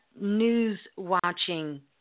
news-watching